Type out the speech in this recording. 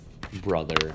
brother